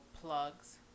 plugs